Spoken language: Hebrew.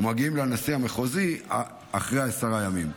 ומגיעים לנשיא המחוזי אחרי עשרה ימים.